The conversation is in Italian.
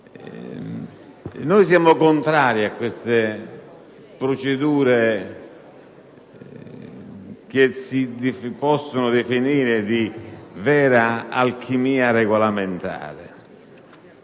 Noi siamo contrari a queste procedure che si possono definire di vera alchimia regolamentare.